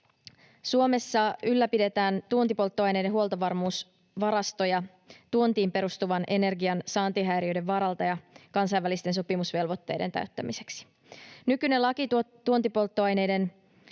Suomessa ylläpidetään tuontipolttoaineiden huoltovarmuusvarastoja tuontiin perustuvan energian saantihäiriöiden varalta ja kansainvälisten sopimusvelvoitteiden täyttämiseksi. Nykyinen laki tuontipolttoaineiden